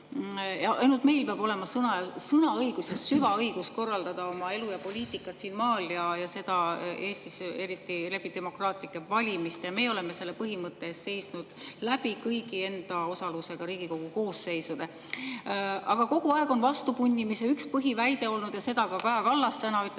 ainult meil peab olema sõnaõigus ja süvaõigus korraldada oma elu ja poliitikat siin maal ja seda eriti demokraatlike valimiste kaudu. Meie oleme selle põhimõtte eest seisnud läbi kõigi enda osalusega Riigikogu koosseisude. Aga kogu aeg on vastupunnimisel üks põhiväide olnud – seda ütles Kaja Kallas meile